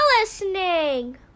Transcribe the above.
listening